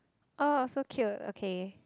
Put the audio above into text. oh so cute okay